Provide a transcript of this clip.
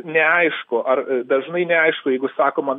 neaišku ar dažnai neaišku jeigu sakoma